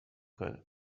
کنه